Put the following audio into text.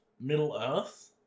Middle-earth